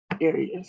areas